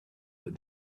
that